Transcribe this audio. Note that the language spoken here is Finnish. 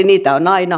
niitä on aina